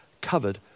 covered